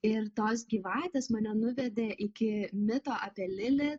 ir tos gyvatės mane nuvedė iki mito apie lili